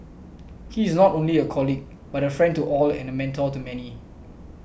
he is not only a colleague but a friend to all and a mentor to many